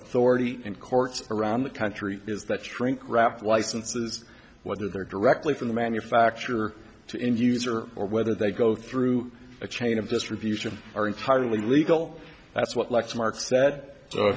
authority in courts around the country is that shrinkwrap licenses whether they're directly from the manufacturer to end user or whether they go through a chain of distribution are entirely legal that's what lexmark s